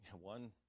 One